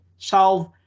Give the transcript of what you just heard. Solve